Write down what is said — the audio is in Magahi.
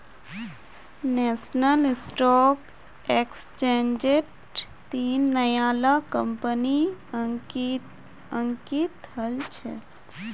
नेशनल स्टॉक एक्सचेंजट तीन नया ला कंपनि अंकित हल छ